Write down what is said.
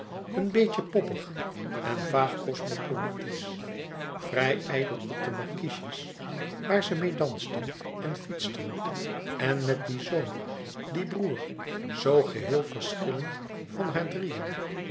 een beetje poppig en vaag cosmopolitisch vrij ijdel op de markiesjes waar zc meê dansten en fietsten en met dien zoon dien broer zoo geheel verschillend van haar drieën